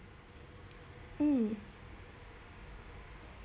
um